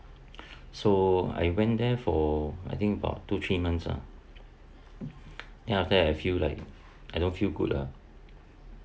so I went there for I think about two three months ah then after I feel like I don't feel good ah